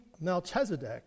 Melchizedek